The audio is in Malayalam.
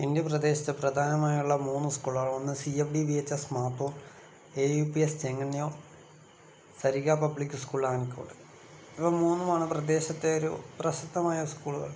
എന്റെ പ്രദേശത്തെ പ്രധാനമായുള്ള മൂന്ന് സ്കൂളുകളാണ് ഒന്ന് C M D VHS Mathur AUPS Chengannur Sariga public school Alakode ഇവ മൂന്നുമാണ് പ്രദേശത്തെ ഒരു പ്രശസ്തമായ സ്കൂളുകൾ